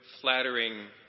flattering